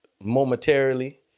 momentarily